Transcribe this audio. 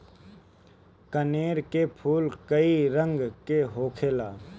कनेर के फूल कई रंग के होखेला